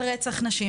על רצח נשים,